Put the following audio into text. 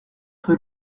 rue